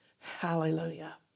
Hallelujah